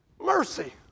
mercy